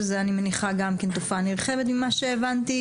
שזה אני מניחה גם כן תופעה נרחבת ממה שהבנתי,